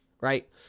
right